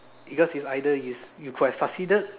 because is either you could have succeeded